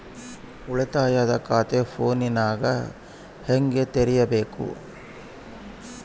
ಉಳಿತಾಯ ಖಾತೆ ಫೋನಿನಾಗ ಹೆಂಗ ತೆರಿಬೇಕು?